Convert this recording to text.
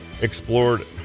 explored